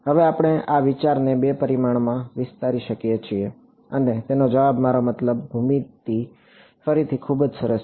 હવે આપણે આ વિચારને બે પરિમાણમાં વિસ્તારી શકીએ છીએ અને તેનો જવાબ મારો મતલબ ભૂમિતિ ફરીથી ખૂબ સરસ છે